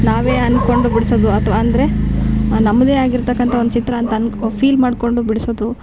ನಾವೇ ಅನ್ಕೊಂಡು ಬಿಡ್ಸೋದು ಅಥ್ವ ಅಂದರೆ ನಮ್ಮದೇ ಆಗಿರ್ತಕ್ಕಂಥ ಒಂದು ಚಿತ್ರ ಅಂತನ್ಕೋ ಫೀಲ್ ಮಾಡ್ಕೊಂಡು ಬಿಡ್ಸೋದು